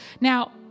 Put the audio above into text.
Now